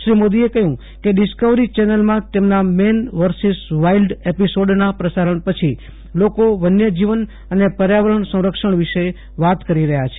શ્રી મોદીએ કહ્યું કે ડિસ્કવરી ચેનલમાં તેમના મેન વર્સિસ વાઇલ્ડ એપિસોડના પ્રસારણ પછી લોકો વન્યજીવન અને પર્યાવરણ સંરક્ષણ વિશે વાત કરી રહ્યા છે